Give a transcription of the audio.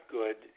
good